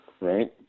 right